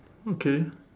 okay